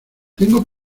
tengo